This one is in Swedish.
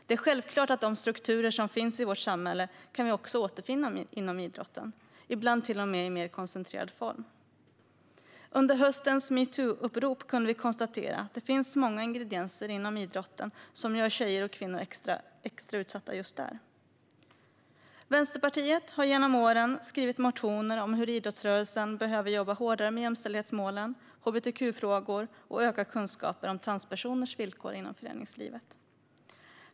Det är självklart att de strukturer som finns i vårt samhälle kan vi också återfinna inom idrotten, ibland till och med i mer koncentrerad form. Under höstens metoo-upprop kunde vi konstatera att det finns många ingredienser inom idrotten som gör tjejer och kvinnor extra utsatta just där. Vänsterpartiet har genom åren skrivit motioner om hur idrottsrörelsen behöver jobba hårdare med jämställdhetsmålen, hbtq-frågor och öka kunskapen om transpersoners villkor i föreningslivet.